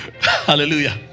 Hallelujah